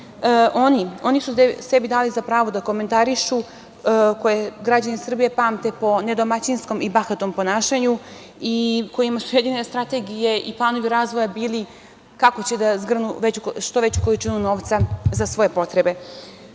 Oni su sebi dali za pravo da komentarišu, oni koje građani Srbije pamte po nedomaćinskom i bahatom ponašanju i kojima su jedine strategije i planovi razvoja bili kako će da zgrnu što veću količinu novca za svoje potrebe.